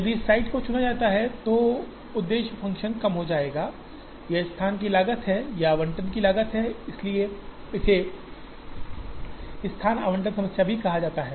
यदि इस साइट को चुना जाता है तो उद्देश्य फ़ंक्शन कम हो जाएगा यह स्थान की लागत है यह आवंटन की लागत है इसलिए इसे स्थान आवंटन समस्या भी कहा जाता है